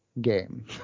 game